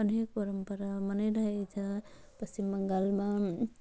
अनेक परम्परा मनाइरहेको छ पश्चिम बङ्गालमा